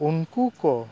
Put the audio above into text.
ᱩᱱᱠᱩ ᱠᱚ